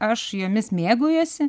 aš jomis mėgaujuosi